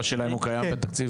כן.